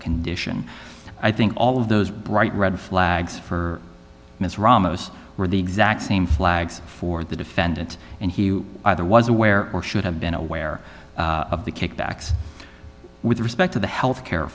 condition i think all of those bright red flags for ms ramos were the exact same flags for the defendant and he either was aware or should have been aware of the kickbacks with respect to the health care